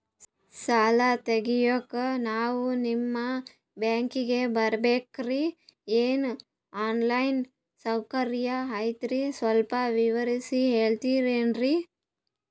ಸಾಲ ತೆಗಿಯೋಕಾ ನಾವು ನಿಮ್ಮ ಬ್ಯಾಂಕಿಗೆ ಬರಬೇಕ್ರ ಏನು ಆನ್ ಲೈನ್ ಸೌಕರ್ಯ ಐತ್ರ ಸ್ವಲ್ಪ ವಿವರಿಸಿ ಹೇಳ್ತಿರೆನ್ರಿ?